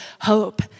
hope